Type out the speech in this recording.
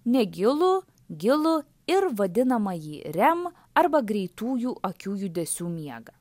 negilų gilų ir vadinamąjį rem arba greitųjų akių judesių miegą